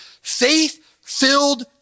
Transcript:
faith-filled